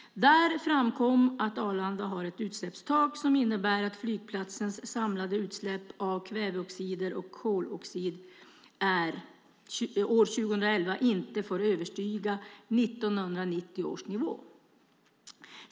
Där framkom att Arlanda har ett utsläppstak som innebär att flygplatsens samlade utsläpp av kväveoxider och koldioxid år 2011 inte får överstiga 1990 års nivå.